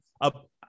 up